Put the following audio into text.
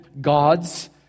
gods